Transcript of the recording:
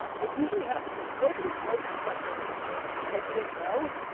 what usually happens is, nobody tells you something that you didn't know,